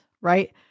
right